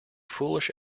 foolish